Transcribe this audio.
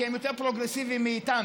כי הם יותר פרוגרסיביים מאיתנו.